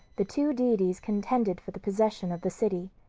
the two deities contended for the possession of the city.